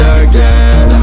again